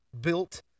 built